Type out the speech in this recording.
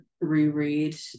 reread